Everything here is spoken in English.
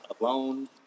alone